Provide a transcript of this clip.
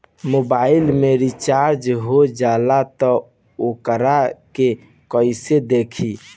Mobile में recharge हो जाला त वोकरा के कइसे देखी?